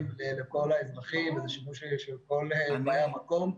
לכל האזרחים וזה שימוש של כל באי המקום.